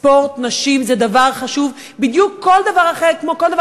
ספורט נשים זה דבר חשוב בדיוק כמו כל דבר